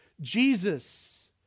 Jesus